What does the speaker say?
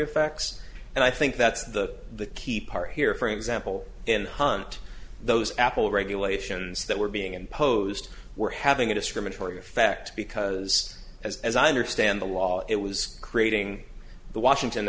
effects and i think that's the the key part here for example in hunt those apple regulations that were being imposed were having a discriminatory effect because as i understand the law it was creating the washington